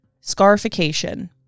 scarification